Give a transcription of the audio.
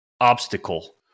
obstacle